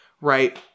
right